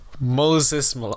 Moses